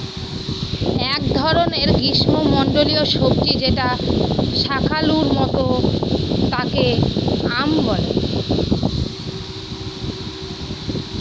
এক ধরনের গ্রীস্মমন্ডলীয় সবজি যেটা শাকালুর মত তাকে য়াম বলে